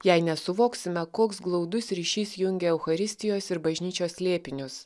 jei nesuvoksime koks glaudus ryšys jungia eucharistijos ir bažnyčios slėpinius